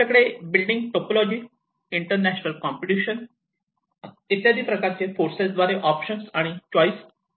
आपल्याकडे building topology international competition इत्यादी प्रकारचे फोर्सेस द्वारे ऑप्शन्स आणि चॉईस लक्षात येतात